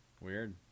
Weird